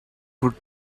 would